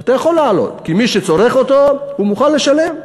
אתה יכול להעלות כי מי שצורך אותו מוכן לשלם.